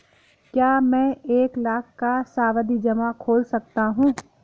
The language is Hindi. क्या मैं एक लाख का सावधि जमा खोल सकता हूँ?